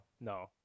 no